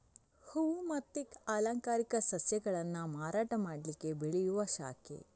ಹೂವು ಮತ್ತೆ ಅಲಂಕಾರಿಕ ಸಸ್ಯಗಳನ್ನ ಮಾರಾಟ ಮಾಡ್ಲಿಕ್ಕೆ ಬೆಳೆಯುವ ಶಾಖೆ